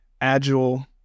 agile